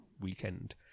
weekend